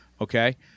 Okay